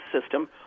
system